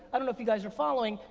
i don't know if you guys are following,